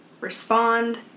respond